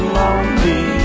lonely